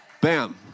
Bam